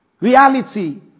reality